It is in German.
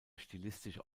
stilistische